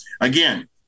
Again